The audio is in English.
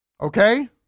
Okay